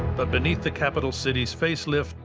but beneath the capital city's facelift,